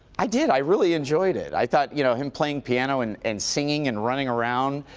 i did, i really enjoyed it. i thought you know him playing piano and and singing and running around,